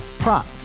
Prop